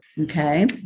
Okay